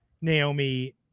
Naomi